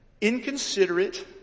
inconsiderate